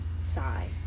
sigh